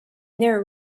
their